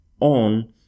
on